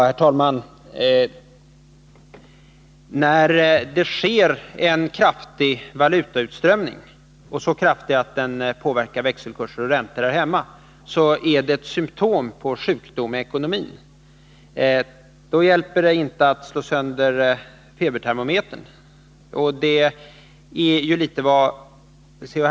Herr talman! När det sker en kraftig valutautströmning, så kraftig att den påverkar växelkurser och räntor här hemma, är det ett symtom på sjukdom i ekonomin. Då hjälper det inte att slå sönder febertermometern. Detta är ju i någon mån vad C.-H.